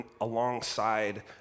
alongside